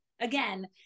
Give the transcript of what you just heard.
again